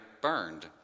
burned